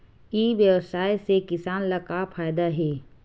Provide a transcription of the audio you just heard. ई व्यवसाय से किसान ला का फ़ायदा हे?